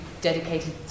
dedicated